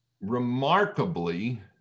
remarkably